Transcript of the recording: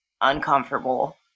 uncomfortable